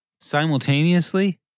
Simultaneously